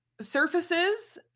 surfaces